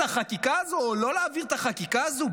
החקיקה הזו או לא להעביר את החקיקה הזו?